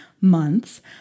months